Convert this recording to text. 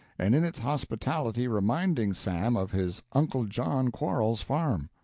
and in its hospitality reminding sam of his uncle john quarles's farm.